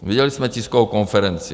Viděli jsme tiskovou konferenci.